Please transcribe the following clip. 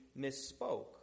misspoke